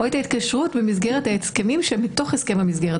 או את ההתקשרות במסגרת ההסכמים שמתוך הסכם המסגרת,